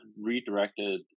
redirected